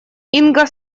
инга